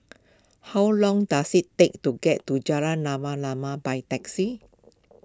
how long does it take to get to Jalan Rama Rama by taxi